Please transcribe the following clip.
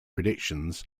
predictions